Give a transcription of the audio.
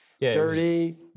Dirty